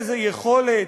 איזה יכולת,